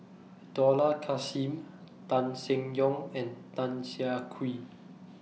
Dollah Kassim Tan Seng Yong and Tan Siah Kwee